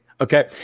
Okay